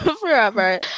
forever